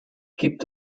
gibt